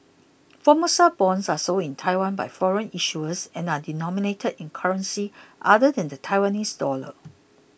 Formosa bonds are sold in Taiwan by foreign issuers and are denominated in currencies other than the Taiwanese dollar